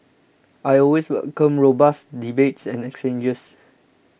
I always welcome robust debates and exchanges